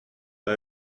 pas